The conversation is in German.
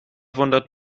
wundert